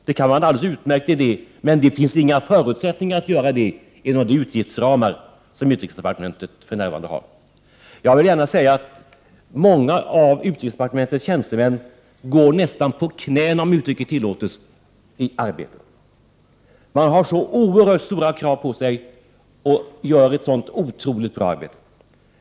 Det kan vara en alldeles utmärkt idé, men det finns inga förutsättningar att göra det inom de utgiftsramar som utrikesdepartementet för närvarande har. Jag vill gärna säga att många av utrikesdepartementets tjänstemän går nästan på knäna, om uttrycket tillåtes, i arbetet. De har så oerhört stora krav på sig och gör ett otroligt bra arbete.